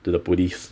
to the police